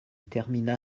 terminera